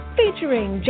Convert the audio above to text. featuring